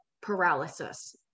paralysis